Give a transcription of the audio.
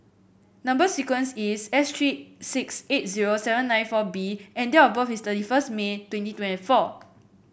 number sequence is S three six eight zero seven nine four B and date of birth is thirty first May twenty twenty four